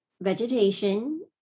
vegetation